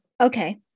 Okay